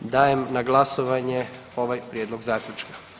Dajem na glasovanje ovaj prijedlog zaključka.